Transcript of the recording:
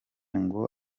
ngo